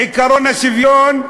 עקרון השוויון,